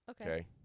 Okay